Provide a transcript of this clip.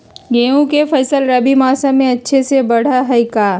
गेंहू के फ़सल रबी मौसम में अच्छे से बढ़ हई का?